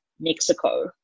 Mexico